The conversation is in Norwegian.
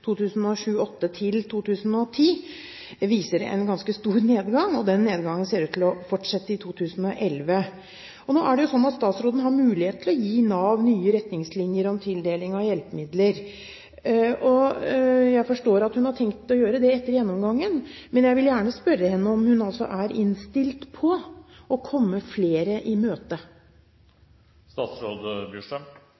en ganske stor nedgang, og den nedgangen ser ut til å fortsette i 2011. Nå er det jo sånn at statsråden har mulighet til å gi Nav nye retningslinjer for tildeling av hjelpemidler. Jeg forstår at hun har tenkt å gjøre det etter gjennomgangen, men jeg vil gjerne spørre henne om hun er innstilt på å komme flere i møte.